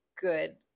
good